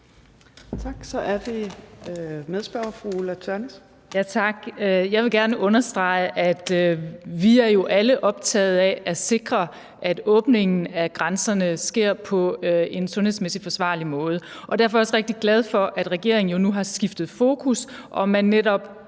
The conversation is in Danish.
Jeg vil gerne understrege, at vi jo alle er optaget af at sikre, at åbningen af grænserne sker på en sundhedsmæssigt forsvarlig måde. Derfor er jeg også rigtig glad for, at regeringen jo nu har skiftet fokus, og at man netop